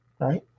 right